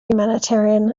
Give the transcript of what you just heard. humanitarian